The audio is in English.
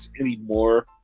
anymore